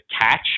catch